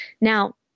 Now